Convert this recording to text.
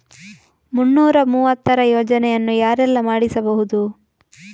ಮುನ್ನೂರ ಮೂವತ್ತರ ಯೋಜನೆಯನ್ನು ಯಾರೆಲ್ಲ ಮಾಡಿಸಬಹುದು?